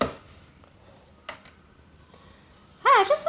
hi I've just